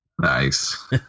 Nice